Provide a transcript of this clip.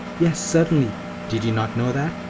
yes, certainly did you not know that?